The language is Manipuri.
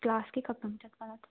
ꯀ꯭ꯂꯥꯁꯀꯤ ꯈꯛꯇꯪ ꯆꯠꯄꯅꯤꯗ